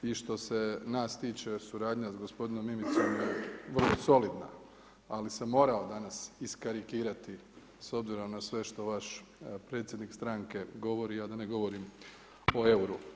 I što se nas tiče suradnja sa gospodinom Mimicom je vrlo solidna ali sam morao danas iskarikirati s obzirom na sve što vaš predsjednik stranke govori a da ne govorim o euru.